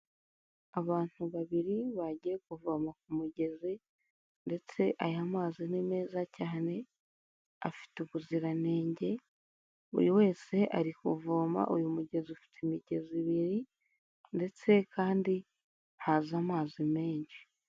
Abantu babiri bagiye kuvoma ku mugezi ndetse aya mazi ni meza cyane afite ubuziranenge, buri wese ari kuvoma, uyu mugezi ufite imigezi ibiri ndetse kandi haza amazi menshi.